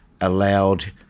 allowed